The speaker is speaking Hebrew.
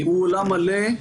הוא עולם ומלואו,